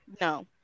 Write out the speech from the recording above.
No